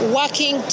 working